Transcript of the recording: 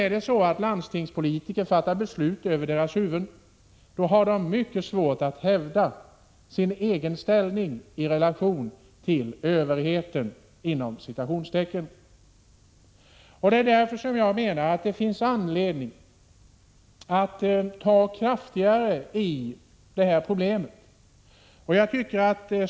Om landstingets politiker fattar beslut över deras huvuden har de mycket svårt att hävda sin egen ställning i relation till ”överheten”. Därför finns det anledning att ta kraftigare tag när det gäller detta problem.